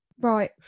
Right